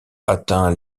atteint